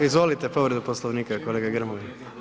Izvolite povredu Poslovnika, kolega Grmoja.